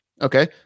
Okay